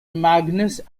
magnus